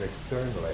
externally